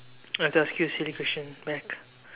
I have to ask you a silly question back